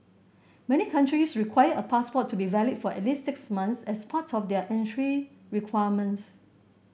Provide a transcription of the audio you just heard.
many countries require a passport to be valid for at least six months as part of their entry requirements